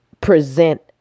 present